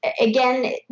again